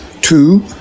Two